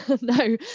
No